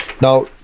Now